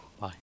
bye